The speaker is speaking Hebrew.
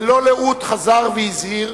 ללא לאות חזר והזהיר